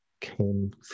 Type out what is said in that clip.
came